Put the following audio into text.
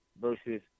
versus